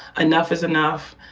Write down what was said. enough is enough.